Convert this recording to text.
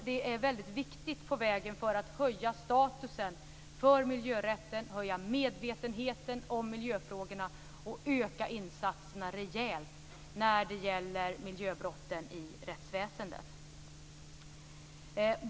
Det är viktigt på vägen för att höja statusen för miljörätten, höja medvetenheten om miljöfrågorna och öka insatserna rejält när det gäller rättsväsendet.